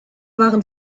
waren